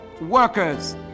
workers